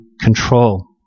control